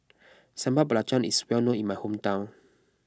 Sambal Belacan is well known in my hometown